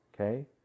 okay